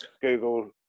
Google